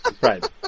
right